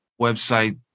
website